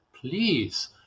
please